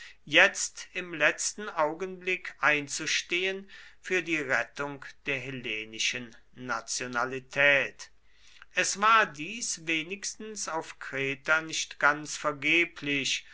jetzt im letzten augenblick einzustehen für die rettung der hellenischen nationalität es war dies wenigstens auf kreta nicht ganz vergeblich